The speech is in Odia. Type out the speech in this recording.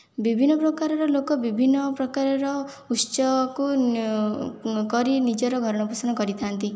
ବିଭିନ୍ନ ପ୍ରକାରର ଲୋକ ବିଭିନ୍ନ ପ୍ରକାରର ଉତ୍ସକୁ କରି ନିଜର ଭରଣ ପୋଷଣ କରିଥାନ୍ତି